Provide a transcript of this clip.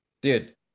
dude